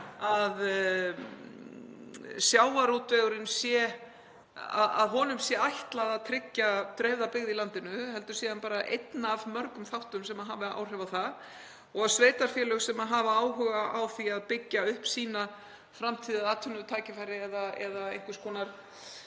að sjávarútveginum sé ætlað að tryggja dreifða byggð í landinu heldur sé hann bara einn af mörgum þáttum sem hafi áhrif á það og að sveitarfélög sem hafa áhuga á því að byggja upp sína framtíð eða atvinnutækifæri, eða einhvers konar